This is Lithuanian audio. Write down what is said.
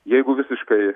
jeigu visiškai